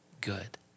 good